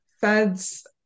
feds